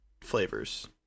flavors